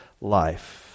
life